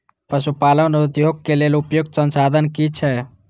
पशु पालन उद्योग के लेल उपयुक्त संसाधन की छै?